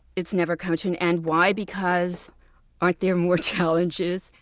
it's never come to an end. why? because aren't there more challenges?